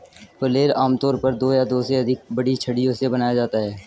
flail आमतौर पर दो या दो से अधिक बड़ी छड़ियों से बनाया जाता है